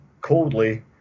coldly